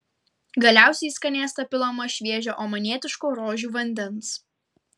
galiausiai į skanėstą pilama šviežio omanietiško rožių vandens